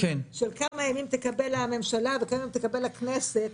של כמה ימים תקבל הממשלה וכמה ימים תקבל הכנסת,